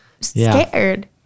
scared